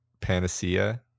Panacea